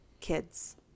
kids